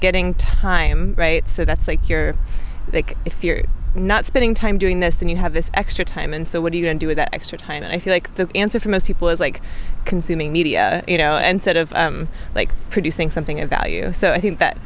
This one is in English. getting time right so that's like you're like if you're not spending time doing this and you have this extra time and so what do you do with that extra time and i think the answer for most people is like consuming media you know instead of like producing something of value so i think that